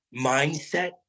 mindset